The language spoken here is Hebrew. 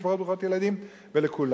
למשפחות ברוכות ילדים ולכולם.